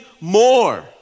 more